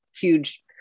huge